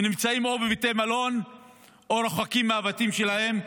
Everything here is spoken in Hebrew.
ונמצאים בבתי מלון או רחוקים מהבתים שלהם,